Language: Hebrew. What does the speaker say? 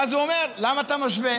ואז הוא אומר: למה אתה משווה?